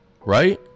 Right